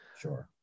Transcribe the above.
Sure